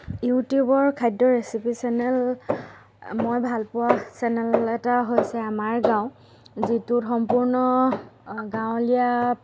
ইউটিউবৰ খাদ্য recipe channel মই ভাল পোৱা চেনেল এটা হৈছে আমাৰ গাঁও যিটোত সম্পূৰ্ণ গাঁৱলীয়া